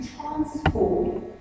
transform